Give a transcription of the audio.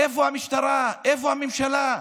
איפה המשטרה, איפה הממשלה?